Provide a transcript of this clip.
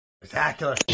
Spectacular